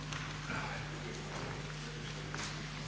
Hvala vam